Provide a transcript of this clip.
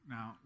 Now